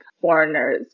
foreigners